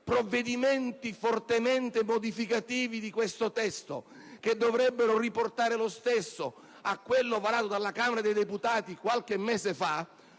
provvedimenti fortemente modificativi di questo testo, che dovrebbero riportarne la formulazione a quella varata dalla Camera dei deputati qualche mese fa,